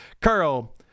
Carl